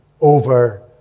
over